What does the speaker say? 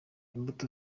imbuto